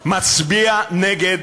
מצביע נגד